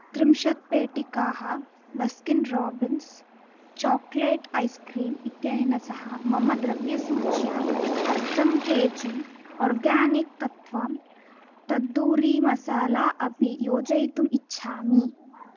त्रिंशत् पेटिकाः Baskin Robbins chocolate ice cream इत्यनेन सह मम द्रव्यसूच्यां अर्धम् के जी आर्गानिक् तत्वम् तद्दूरि मसाला अपि योजयितुम् इच्छामि